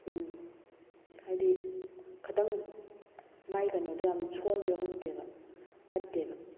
ꯎꯝ ꯍꯥꯏꯗꯤ ꯈꯤꯇꯪ ꯃꯥꯏ ꯀꯩꯅꯣꯗꯣ ꯌꯥꯝ ꯁꯣꯟꯕ꯭ꯔꯥ ꯈꯪꯗꯦꯕ ꯐꯠꯇꯦꯕ